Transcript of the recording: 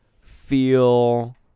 feel